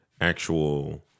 actual